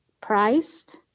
priced